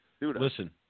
Listen